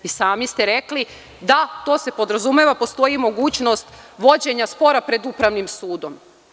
Sami ste rekli – da, to se podrazumeva, postoji mogućnost vođenja spora pred Upravnim sudom.